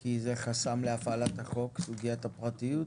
כי זה חסם להפעלת החוק, סוגיית הפרטיות.